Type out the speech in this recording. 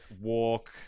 Walk